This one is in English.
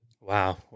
Wow